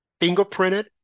fingerprinted